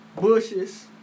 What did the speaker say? bushes